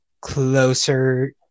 closer